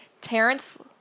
Terrence